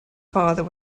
father